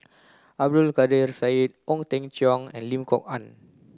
Abdul Kadir Syed Ong Teng Cheong and Lim Kok Ann